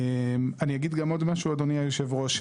אני אגיד גם עוד משהו אדוני היו"ר,